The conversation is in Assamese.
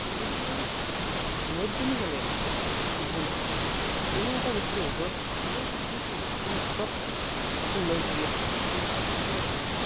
আৰু ইণ্টাৰনেট নেট বুলি ক'লে গুগুল এনে এটা বস্তু য'ত গোটেই পৃথিৱীখন আপোনাৰ হাতত আপুনি লৈ ঘুৰি আছে আপোনাৰ পকেটত লৈ ঘুৰি আছে